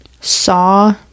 saw